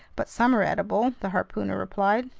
but some are edible, the harpooner replied.